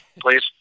please